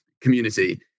community